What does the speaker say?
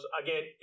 again